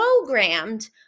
programmed